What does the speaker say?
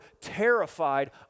terrified